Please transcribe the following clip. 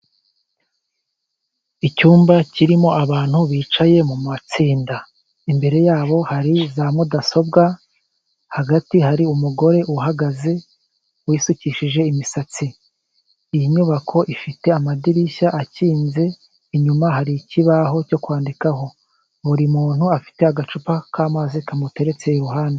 Icyumba kirimo abantu bicaye mu matsinda. Imbere yabo hari za mudasobwa, hagati hari umugore uhagaze wisukishije imisatsi. Iyi nyubako ifite amadirishya akinze, inyuma hari ikibaho cyo kwandikaho. Buri muntu afite agacupa k'amazi kamuteretse iruhande.